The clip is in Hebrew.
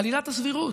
על עילת הסבירות,